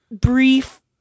brief